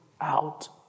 out